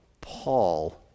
Paul